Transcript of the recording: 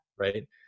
Right